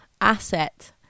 asset